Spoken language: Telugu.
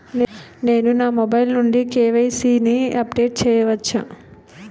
నేను నా మొబైల్ నుండి కే.వై.సీ ని అప్డేట్ చేయవచ్చా?